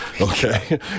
Okay